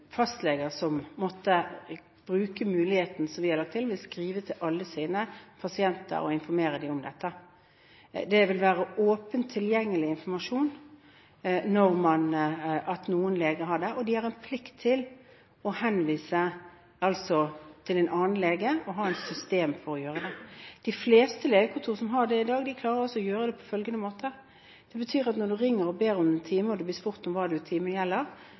fastleger som måtte bruke den muligheten, vil skrive til alle sine pasienter og informere dem om dette. Det vil være åpen tilgjengelig informasjon at noen leger bruker den. De har plikt til å henvise til en annen lege og ha et system for det. De fleste legekontor som har det i dag, klarer å gjøre det på følgende måte: Når man ringer og ber om en time og blir spurt om hva timen gjelder,